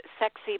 sexy